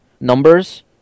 numbers